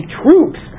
troops